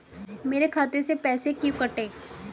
मेरे खाते से पैसे क्यों कटे?